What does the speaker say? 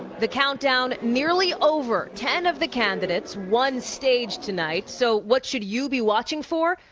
the countdown nearly over, ten of the candidates, one stage tonight. so, what should you be watching for?